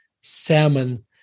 salmon